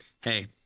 hey